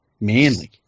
Manly